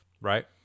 right